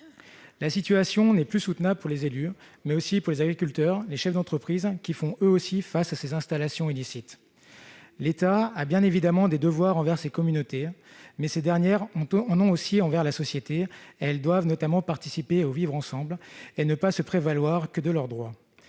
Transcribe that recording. La situation n'est plus soutenable pour les élus, mais aussi pour les agriculteurs et les chefs d'entreprise qui font face, eux aussi, à ces installations illicites. L'État a bien évidemment des devoirs envers ces communautés, mais ces dernières en ont aussi envers la société : elles doivent notamment participer au vivre-ensemble et ne pas se prévaloir uniquement de leurs droits.